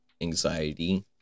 anxiety